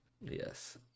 Yes